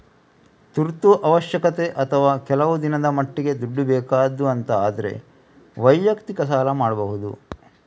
ತುರ್ತು ಅವಶ್ಯಕತೆ ಅಥವಾ ಕೆಲವು ದಿನದ ಮಟ್ಟಿಗೆ ದುಡ್ಡು ಬೇಕಾದ್ದು ಅಂತ ಆದ್ರೆ ವೈಯಕ್ತಿಕ ಸಾಲ ಮಾಡ್ಬಹುದು